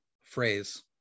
phrase